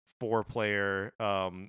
four-player